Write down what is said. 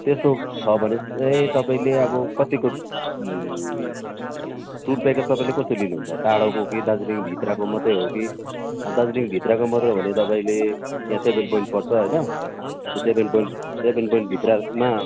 त्यस्तो छ भने चाहिँ तपाईँले अब कतिको टुर प्याकेज तपाईँले कस्तो लिनुहुन्छ टाढोको कि दार्जिलिङभित्रको मातै हो कि दार्जिलिङभित्रको मात्रै हो भने तपाईँले यहाँ सेभेन पोइन्ट पर्छ होइन त्यो सेभेन पोइन्ट सेभेन पोइन्ट भित्रमा